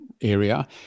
area